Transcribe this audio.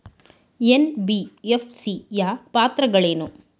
NBFC ಯ ಪಾತ್ರಗಳೇನು?